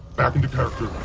back into character,